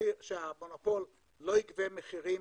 שהמונופול לא יגבה מחירים